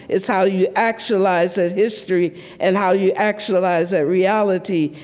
it's how you actualize that history and how you actualize that reality.